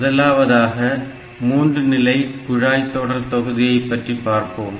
முதலாவதாக 3 நிலை குழாய்தொடர்தொகுதியைப் பற்றி பார்ப்போம்